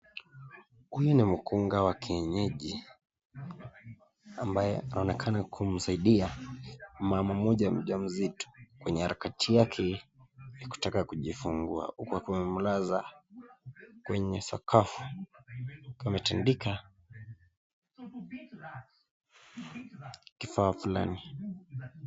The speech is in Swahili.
Huyu ni mkunga wa kienyeji ambaye anaonekana kumsaidia mama mmoja mjamzito kwenye harakati yake ya kutaka kujifungua uku akiwa amemlaza kwenye sakafu, ametundika kibao fulani.